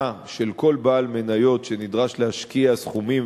של כל בעל מניות שנדרש להשקיע סכומים,